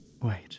Wait